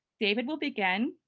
david will begin,